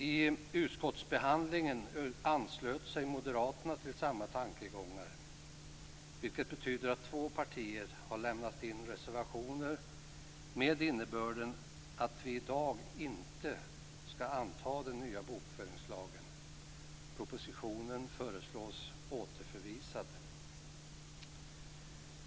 I utskottsbehandlingen anslöt sig Moderaterna till samma tankegångar, vilket betyder att två partier har lämnat in reservationer med innebörden att vi i dag inte ska anta den nya bokföringslagen. Propositionen föreslås återförvisas.